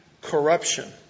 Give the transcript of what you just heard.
corruption